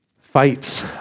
fights